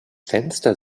fenster